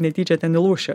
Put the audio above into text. netyčia ten įlūši